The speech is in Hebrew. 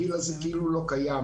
הגיל הזה כאילו לא קיים.